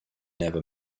never